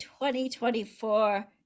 2024